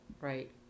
Right